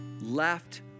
left